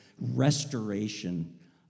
Restoration